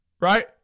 Right